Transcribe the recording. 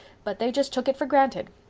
but they just took it for granted.